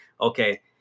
okay